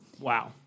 Wow